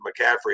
McCaffrey